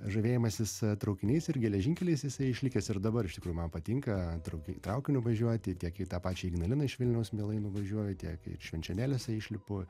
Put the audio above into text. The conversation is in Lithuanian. žavėjimasis traukiniais ir geležinkeliais jisai išlikęs ir dabar iš tikrųjų man patinka trauki traukiniu važiuoti tiek į tą pačia ignalina iš vilniaus mielai nuvažiuoju tiek ir švenčionėliuose išlipu